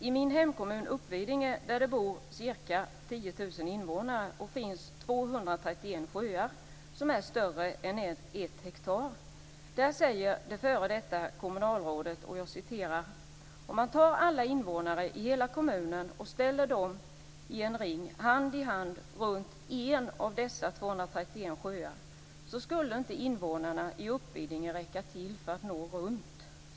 I min hemkommun Uppvidinge, där det bor ca 10 000 invånare och finns 231 sjöar som är större än ett hektar säger f.d. kommunalrådet: "- om man tar alla invånare i hela kommunen och ställer dem i en ring hand i hand runt en av dessa 231 sjöarna så skulle inte invånarna i Uppvidinge räcka till för att nå runt."